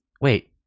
Wait